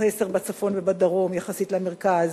חסר בצפון ובדרום יחסית למרכז,